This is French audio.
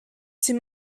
ses